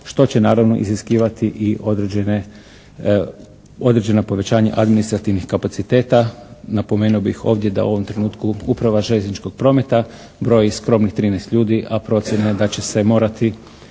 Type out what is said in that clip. što će naravno iziskivati i određena povećanja administrativnih kapaciteta. Napomenuo bih ovdje da u ovom trenutku uprava željezničkog prometa broji skromnih 13 ljudi, a procjena je da će se morati